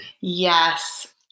Yes